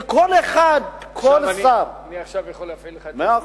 וכל אחד, כל שר, עכשיו אני יכול להפעיל את הזמן,